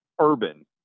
Urban